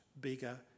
bigger